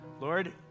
Lord